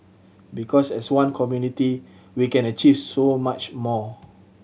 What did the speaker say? because as one community we can achieve so much more